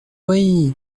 oui